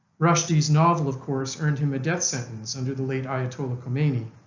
rushdie's novel of course earned him a death sentence under the late ayatollah khomeini,